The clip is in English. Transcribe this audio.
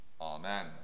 Amen